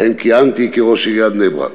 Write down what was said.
שבהן כיהנתי כראש עיריית בני-ברק.